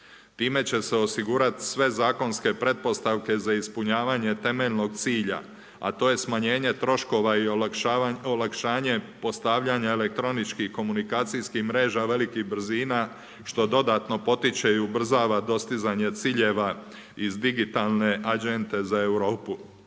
Time će se osigurati sve zakonske pretpostavke za ispunjavanje temeljenog cilja, a to je smanjenje troškova i olakšanje postavljanje elektroničkih komunikacijskih mreža velikih brzina što dodatno potiče i ubrzava dostizanje ciljeva iz digitalne agende za Europu.